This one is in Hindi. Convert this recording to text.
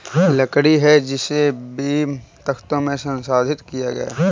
लकड़ी है जिसे बीम, तख्तों में संसाधित किया गया है